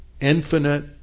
infinite